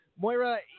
Moira